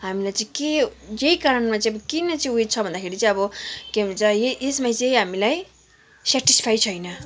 हामीलाई चाहिँ के जे कारणमा चाहिँ किन चाहिँ उयो छ भन्दाखेरि चाहिँ अब के भन्छ यही यसमा चाहिँ हामीलाई स्याटिसफाई छैन